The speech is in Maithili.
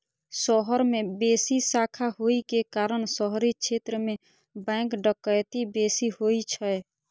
शहर मे बेसी शाखा होइ के कारण शहरी क्षेत्र मे बैंक डकैती बेसी होइ छै